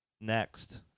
next